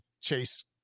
chase